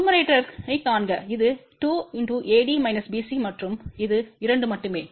னூமிரேடோர்ணைக் காண்க இது 2 AD - BC மற்றும் இது 2 மட்டுமே